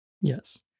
yes